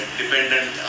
dependent